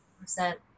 percent